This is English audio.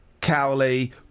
Cowley